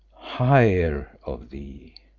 higher, of thee.